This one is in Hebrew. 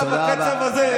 דרך אגב, בקצב הזה,